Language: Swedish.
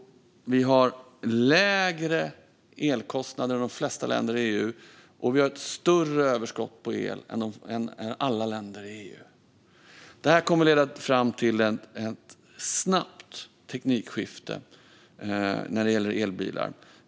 Vi har lägre elkostnader än de flesta andra länder i EU, och vi har ett större överskott på el än alla länder i EU. Detta kommer att leda fram till ett snabbt teknikskifte när det gäller elbilar.